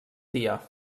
dia